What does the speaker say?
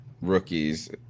rookies